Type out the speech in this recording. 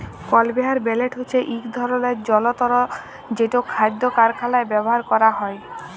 conveyor belt হছে ইক ধরলের জলতর যেট খাদ্য কারখালায় ব্যাভার ক্যরা হয়